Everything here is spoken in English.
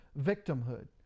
victimhood